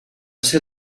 ser